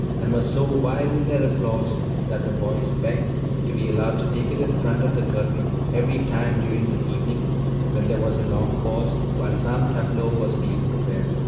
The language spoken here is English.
and were so wild in their applause that the boys begged to be allowed to take it in front of the curtain every time during the evening when there was a long pause while some tableau was being prepared.